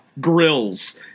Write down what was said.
grills